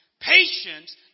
Patience